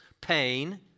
pain